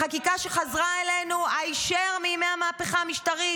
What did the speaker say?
החקיקה שחזרה אלינו היישר מימי המהפכה המשטרית.